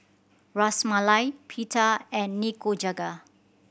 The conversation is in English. Ras Malai Pita and Nikujaga